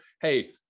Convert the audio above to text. Hey